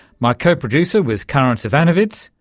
my co-producer was karin zsivanovits,